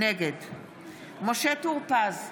נגד משה טור פז,